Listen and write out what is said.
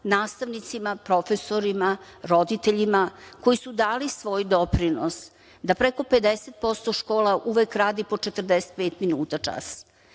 nastavnicima, profesorima, roditeljima koji su dali svoj doprinos da preko 50% škola uvek radi po 45 minuta čas.